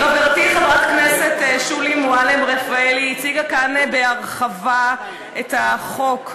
חברתי חברת הכנסת שולי מועלם-רפאלי הציגה כאן בהרחבה את החוק.